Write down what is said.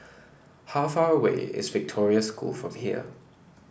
how far away is Victoria School from here